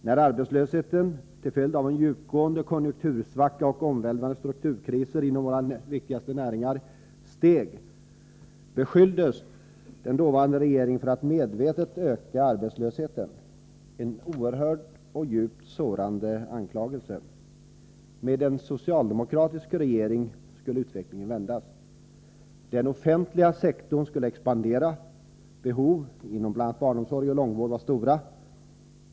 När arbetslösheten steg— till följd av en djupgående konjunktursvacka och omvälvande strukturkriser inom våra viktigaste näringar — beskylldes den dåvarande regeringen för att medvetet öka arbetslösheten. Det var en oerhörd och djupt sårande anklagelse. Med en socialdemokratisk regering skulle utvecklingen vända. Den offentliga sektorn skulle expandera. Behoven inom bl.a. barnomsorg och långvård var stora.